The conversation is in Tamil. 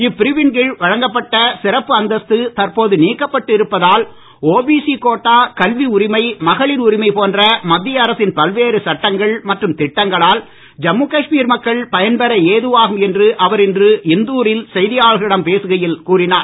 இப்பிரிவின் கீழ் வழங்கப்பட்ட சிறப்பு அந்தஸ்து தற்போது நீக்கப்பட்டு இருப்பதால் ஓபிசி கோட்டா கல்வி உரிமை மகளிர் உரிமை போன்ற மத்திய அரசின் பல்வேறு சட்டங்கள் மற்றும் திட்டங்களால் ஜம்மு காஷ்மீர் மக்கள் பயன்பெற ஏதுவாகும் என்று அவர் இன்று இந்தூரில் செய்தியாளர்களிடம் பேசுகையில் கூறினார்